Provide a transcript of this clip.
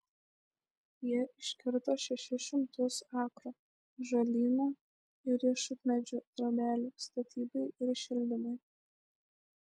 jie iškirto šešis šimtus akrų ąžuolyno ir riešutmedžių trobelių statybai ir šildymui